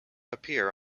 appear